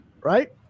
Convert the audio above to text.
right